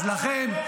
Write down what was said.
אז לכן,